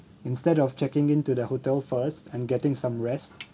instead of checking in to the hotel first and getting some rest